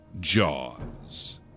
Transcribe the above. Jaws